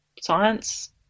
science